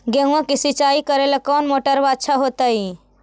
गेहुआ के सिंचाई करेला कौन मोटरबा अच्छा होतई?